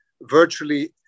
virtually